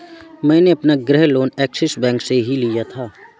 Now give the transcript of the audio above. मैंने अपना गृह लोन ऐक्सिस बैंक से ही लिया था